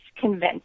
convinced